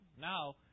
Now